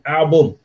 album